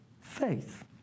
faith